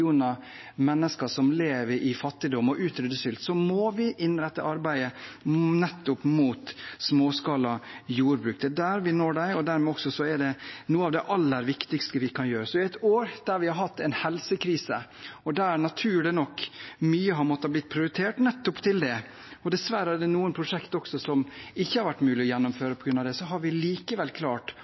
som lever i fattigdom, og utrydde sult, må vi innrette arbeidet nettopp mot småskalajordbruk. Det er der vi når dem, og dermed er det også noe av det aller viktigste vi kan gjøre. I et år der vi har hatt en helsekrise, og der mye naturlig nok har måttet bli prioritert til nettopp det, er det dessverre også noen prosjekter som det ikke har vært mulig å gjennomføre. Vi har likevel klart